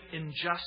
injustice